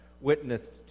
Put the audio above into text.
witnessed